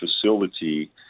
facility